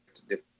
different